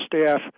staff